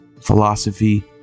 philosophy